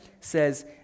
says